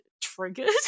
triggered